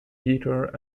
guitar